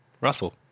Russell